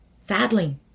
sadly